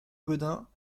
gaudin